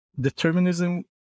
determinism